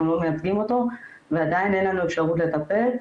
לא מייצגים אותו ועדיין אין לנו אפשרות לטפל,